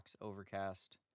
Overcast